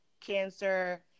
cancer